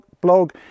blog